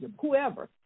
whoever